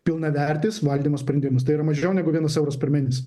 pilnavertis valymo sprendimas tai ir mažiau negu vienas euras per mėnesį